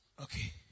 Okay